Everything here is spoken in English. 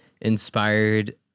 inspired